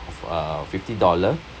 of uh fifty dollar